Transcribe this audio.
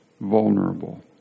vulnerable